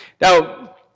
Now